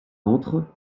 entrent